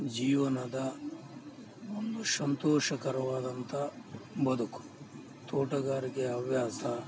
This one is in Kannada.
ಜೀವನದ ಒಂದು ಸಂತೋಷಕರವಾದಂಥ ಬದುಕು ತೋಟಗಾರಿಕೆ ಹವ್ಯಾಸ